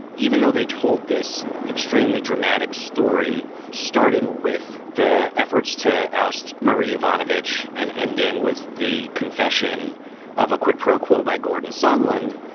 even though they told this extremely dramatic story, starting with the efforts to oust murray evanovich and ending with the confession of a quid pro quo by gordon sunland.